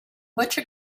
butcher